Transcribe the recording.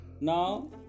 now